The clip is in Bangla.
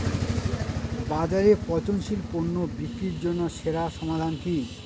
বাজারে পচনশীল পণ্য বিক্রির জন্য সেরা সমাধান কি?